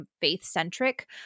Faith-centric